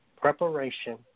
Preparation